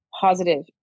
positive